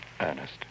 Ernest